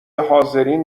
حاضرین